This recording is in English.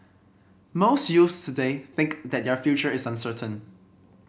most youths today think that their future is uncertain